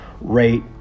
rate